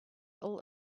all